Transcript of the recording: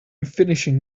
finishing